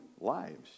lives